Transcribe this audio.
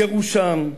גירושם,